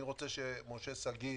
אני רוצה שמשה שגיא